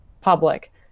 public